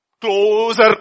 Closer